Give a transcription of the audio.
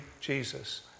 Jesus